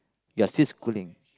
you're still schooling